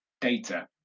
data